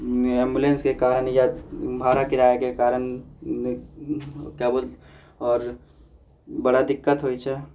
एम्बुलेंसके कारण या भाड़ा किराआके कारण क्या बोल आओर बड़ा दिक्कत होइत छै